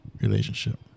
relationship